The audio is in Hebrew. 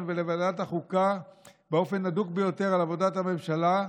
ולוועדת החוקה באופן הדוק ביותר על עבודת הממשלה,